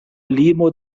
limo